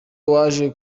waje